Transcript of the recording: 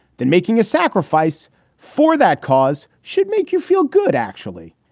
then making a sacrifice for that cause should make you feel good, actually.